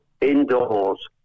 indoors